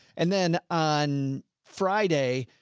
and then on friday,